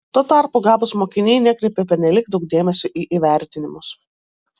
tuo tarpu gabūs mokiniai nekreipia pernelyg daug dėmesio į įvertinimus